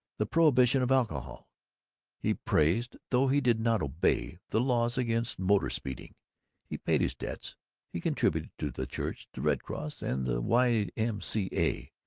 the prohibition of alcohol he praised, though he did not obey, the laws against motor-speeding he paid his debts he contributed to the church, the red cross, and the y. m. c. a.